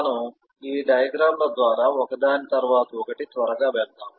మనం ఈ డయాగ్రమ్ ల ద్వారా ఒకదాని తరువాత ఒకటి త్వరగా వెళ్తాము